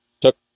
took